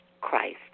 christ